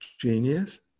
Genius